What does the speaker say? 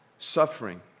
Suffering